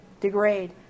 degrade